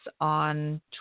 on